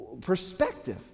perspective